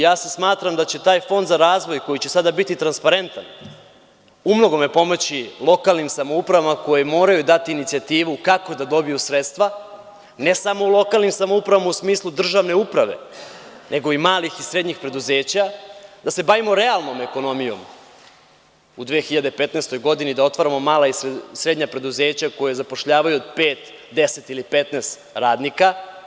Smatram da će taj fond za razvoj, koji će sada biti transparentan, u mnogome pomoći lokalnim samoupravama koje moraju dati inicijativu kako da dobiju sredstva, ne samo u lokalnim samoupravama u smislu državne uprave, nego i malih i srednjih preduzeća, da se bavimo realnom ekonomijom u 2015. godini, da otvaramo mala i srednja preduzeća koja zapošljavaju pet, 10 ili 15 radnika.